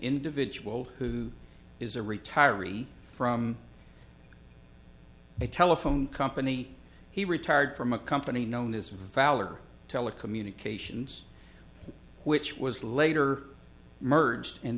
individual who is a retiree from a telephone company he retired from a company known as valor telecommunications which was later merged and